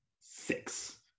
six